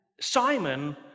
Simon